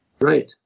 Right